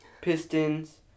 Pistons